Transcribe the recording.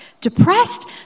Depressed